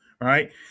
right